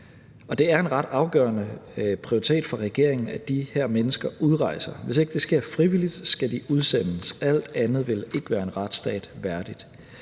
Det er en ret afgørende prioritet for regeringen, at de her mennesker udrejser. Hvis ikke det sker frivilligt, skal de udsendes. Alt andet vil ikke være en retsstat værdigt.